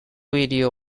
video